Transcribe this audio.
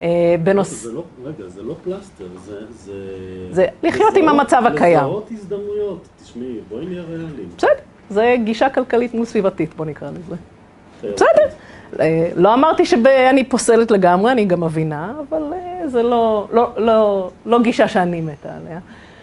בנוסף... רגע, זה לא פלסטר, זה... זה... לחיות עם המצב הקיים. לזהות הזדמנויות, תשמעי, בואי נהיה ראליים... בסדר, זה גישה כלכלית מול סביבתית, בוא נקרא לזה. בסדר? לא אמרתי שאני פוסלת לגמרי, אני גם מבינה, אבל זה לא... לא גישה שאני מתה עליה.